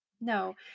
No